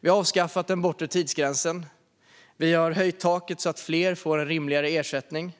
Vi har avskaffat den bortre tidsgränsen, vi har höjt taket så att fler får en rimligare ersättning